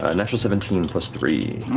ah natural seventeen plus three.